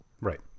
Right